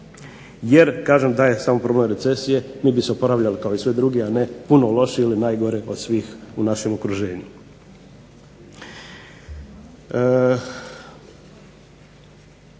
Jer kažem da je samo problem recesije mi bi se oporavljali kao i svi drugi, a ne puno lošiji ili najgore od svih u našem okruženju.